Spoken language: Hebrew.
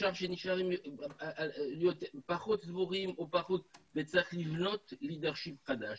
אפשר שנשארים אלה שפחות סגורים וצריך לבנות מנהיגות חדשה.